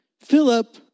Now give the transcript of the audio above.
Philip